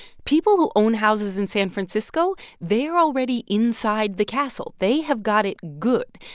people who own houses in san francisco they are already inside the castle. they have got it good.